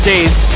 Days